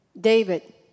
David